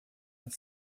para